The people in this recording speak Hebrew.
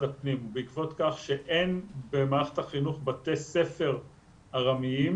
הפנים בעקבות כך שאין במערכת החינוך בתי ספר ארמיים,